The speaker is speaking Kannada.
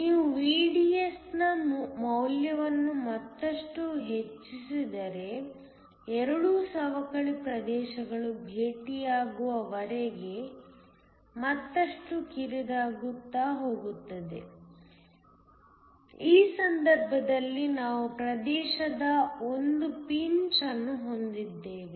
ನೀವು VDS ನ ಮೌಲ್ಯವನ್ನು ಮತ್ತಷ್ಟು ಹೆಚ್ಚಿಸಿದರೆ ಎರಡೂ ಸವಕಳಿ ಪ್ರದೇಶಗಳು ಭೇಟಿಯಾಗುವವರೆಗೆ ಮತ್ತಷ್ಟು ಕಿರಿದಾಗುತ್ತಾ ಹೋಗುತ್ತದೆ ಈ ಸಂದರ್ಭದಲ್ಲಿ ನಾವು ಪ್ರದೇಶದ ಒಂದು ಪಿಂಚ್ ಅನ್ನು ಹೊಂದಿದ್ದೇವೆ